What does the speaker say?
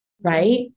right